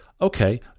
okay